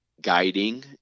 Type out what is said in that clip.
guiding